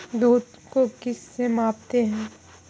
दूध को किस से मापते हैं?